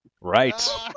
right